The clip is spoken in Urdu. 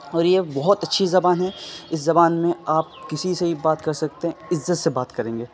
اور یہ بہت اچھی زبان ہے اس زبان میں آپ کسی سے بھی بات کر سکتے ہیں عزت سے بات کریں گے